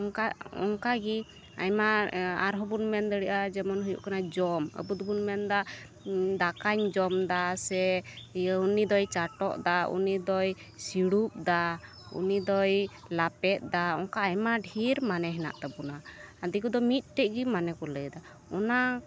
ᱚᱱᱠᱟᱜᱮ ᱟᱭᱢᱟ ᱟᱨᱦᱚᱸᱵᱚᱱ ᱢᱮᱱ ᱫᱟᱲᱤᱼᱟ ᱡᱮᱢᱚᱱ ᱦᱩᱭᱩᱜ ᱠᱟᱱᱟ ᱡᱚᱢ ᱟᱵᱚᱼᱫᱚᱵᱚᱱ ᱢᱮᱱᱫᱟ ᱡᱚᱢ ᱫᱟᱠᱟᱧ ᱡᱚᱢᱫᱟ ᱥᱮ ᱤᱭᱟᱹ ᱩᱱᱤᱫᱚᱭ ᱪᱟᱴᱚᱜᱫᱟ ᱩᱱᱤᱫᱚᱭ ᱥᱤᱲᱩᱵᱫᱟ ᱩᱱᱤᱫᱚᱭ ᱞᱟᱯᱮᱫᱫᱟ ᱚᱱᱠᱟ ᱟᱭᱢᱟ ᱰᱷᱮᱨ ᱢᱟᱱᱮ ᱦᱮᱱᱟᱜ ᱛᱟᱵᱚᱱᱟ ᱫᱤᱠᱩᱫᱚ ᱢᱤᱫᱴᱮᱱᱜᱤ ᱢᱟᱱᱮ ᱠᱚ ᱞᱟᱹᱭᱫᱟ ᱚᱱᱟ